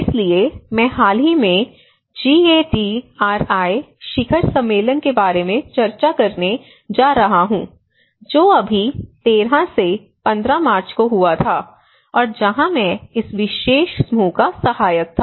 इसलिए मैं हाल ही में जीएडीआरआई शिखर सम्मेलन के बारे में चर्चा करने जा रहा हूं जो अभी 13 से 15 मार्च को हुआ था और जहां मैं इस विशेष समूह का सहायक था